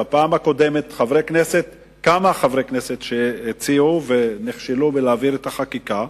בפעם הקודמת כמה חברי כנסת שהציעו נכשלו בלהעביר את החקיקה,